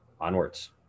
Onwards